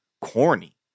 corny